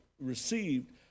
received